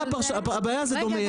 הבעיה זה דומיהם.